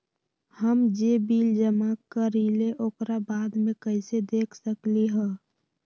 हम जे बिल जमा करईले ओकरा बाद में कैसे देख सकलि ह?